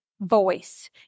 voice